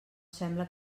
sembla